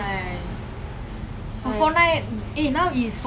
oh ya she selling like the whole Nike shop lah